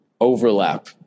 overlap